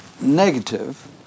negative